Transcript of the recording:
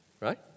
Right